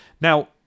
Now